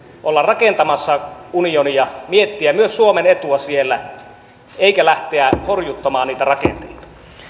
olla rakentamassa unionia ja miettiä myös suomen etua siellä eikä lähteä horjuttamaan niitä rakenteita